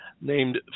named